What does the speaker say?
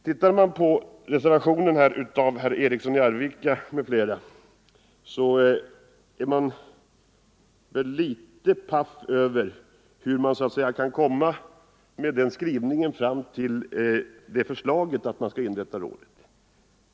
Ser jag på reservationen av herr Eriksson i Arvika m.fl., blir jag litet paff över hur man med den skrivningen kan komma fram till förslaget att vi skall inrätta rådet.